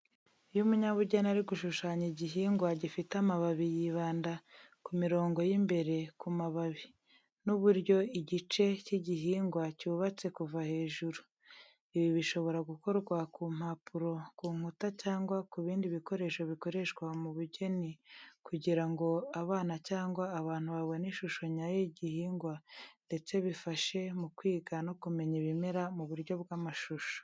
Iyo umunyabugeni ari gushushanya igihingwa gifite amababi yibanda ku mirongo y'imbere ku mababi, n'uburyo igice cy'igihingwa cyubatse kuva hejuru. Ibi bishobora gukorwa ku mpapuro, ku nkuta, cyangwa ku bindi bikoresho bikoreshwa mu bugeni kugira ngo abana cyangwa abantu babone ishusho nyayo y'igihingwa ndetse bifashe mu kwiga no kumenya ibimera mu buryo bw'amashusho.